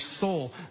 soul